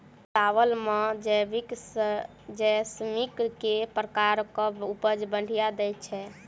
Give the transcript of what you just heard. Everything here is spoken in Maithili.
चावल म जैसमिन केँ प्रकार कऽ उपज बढ़िया दैय छै?